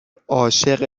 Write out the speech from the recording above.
عاشق